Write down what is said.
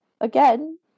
Again